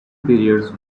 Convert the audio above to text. periods